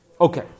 Okay